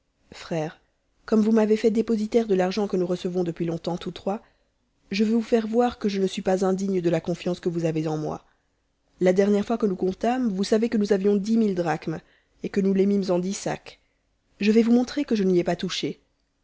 frères comme vous m'avez fait dépositaire de l'argent que nous recevons depuis longtemps tous trois je veux vous faire voir que je ne suis pas indigne de la confiance que vous avez en moi la dernière fois que nous comptâmes vous savez que nous avions dix mille drachmes et que nous les mîmes en dix sacs je vais vous montrerque je n'y ai pas touché